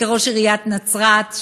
כראש עיריית נצרת,